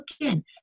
again